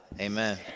Amen